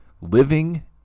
living